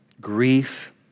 grief